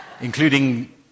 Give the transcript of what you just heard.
including